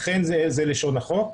אכן זה לשון החוק,